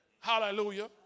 Hallelujah